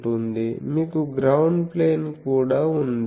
మీకు ground plane కూడా ఉంది